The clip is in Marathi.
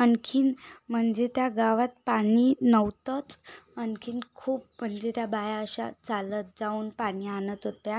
आणखीन म्हणजे त्या गावात पाणी नव्हतंच आणखीन खूप म्हणजे त्या बाया अशा चालत जाऊन पाणी आणत होत्या